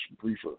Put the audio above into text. briefer